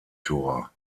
tor